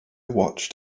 watched